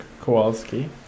Kowalski